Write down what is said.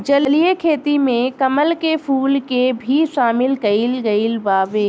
जलीय खेती में कमल के फूल के भी शामिल कईल गइल बावे